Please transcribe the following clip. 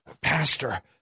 Pastor